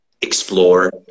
explore